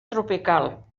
tropical